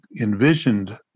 envisioned